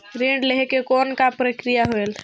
ऋण लहे के कौन का प्रक्रिया होयल?